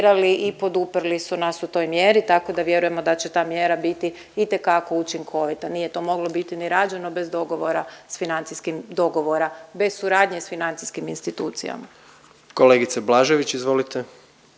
i poduprli su nas u toj mjeri, tako da vjerujemo da će ta mjera biti itekako učinkovita. Nije to moglo biti ni rađeno bez dogovora s financijskim, dogovora bez suradnje s financijskim institucijama. **Jandroković, Gordan